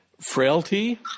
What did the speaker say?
Frailty